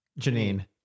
Janine